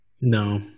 No